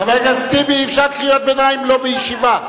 חבר הכנסת טיבי, אי-אפשר קריאות ביניים לא בישיבה.